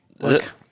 Look